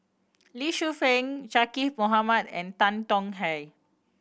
Lee Shu Fen Zaqy Mohamad and Tan Tong Hye